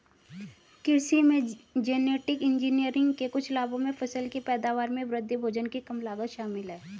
कृषि में genetic engineering के कुछ लाभों में फसल की पैदावार में वृद्धि, भोजन की कम लागत शामिल हैं